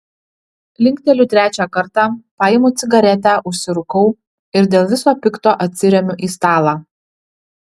linkteliu trečią kartą paimu cigaretę užsirūkau ir dėl viso pikto atsiremiu į stalą